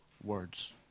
words